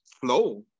flow